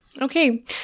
okay